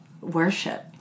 worship